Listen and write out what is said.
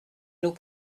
nous